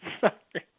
sorry